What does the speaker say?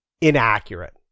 inaccurate